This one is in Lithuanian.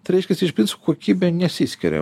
tai reiškiasi iš principo kokybė nesiskiria